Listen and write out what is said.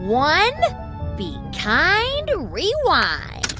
one be kind, rewind